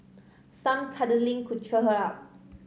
some cuddling could cheer her up